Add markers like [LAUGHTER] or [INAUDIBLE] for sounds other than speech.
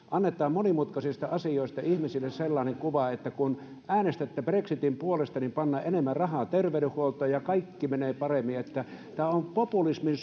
[UNINTELLIGIBLE] annetaan monimutkaisista asioista ihmisille sellainen kuva että kun äänestätte brexitin puolesta niin pannaan enemmän rahaa terveydenhuoltoon ja kaikki menee paremmin tämä on populismin [UNINTELLIGIBLE]